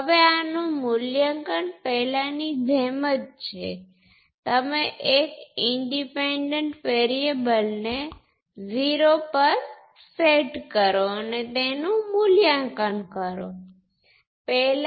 તેથી આપણી પાસે બીજો પોર્ટ V2 છે અને I2 તેના દ્વારા તેથી આ સાથે સિરિઝ માં વેલ્યું z11 નો રેઝિસ્ટન્સ આપણી પાસે z12 I2 હશે